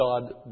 God